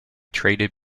traded